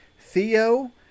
theo